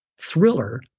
thriller